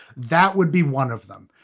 that would be one of them.